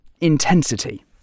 intensity